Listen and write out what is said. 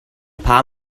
paar